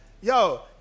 yo